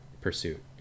pursuit